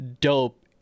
dope